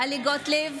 טלי גוטליב,